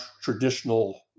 traditional